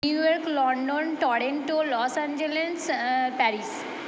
New York London Toronto Los Angeles Paris